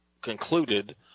concluded